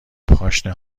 پاشنه